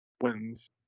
wins